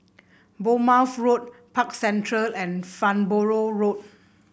Bournemouth Road Park Central and Farnborough Road